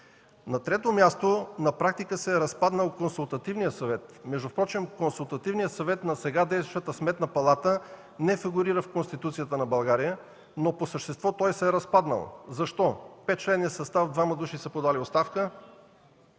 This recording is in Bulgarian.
На трето място, на практика се е разпаднал Консултативният съвет. Между впрочем Консултативният съвет на сега действащата Сметна палата не фигурира в Конституцията на България, но по същество той се е разпаднал. Защо? От петчленния състав – двама души са подали оставка,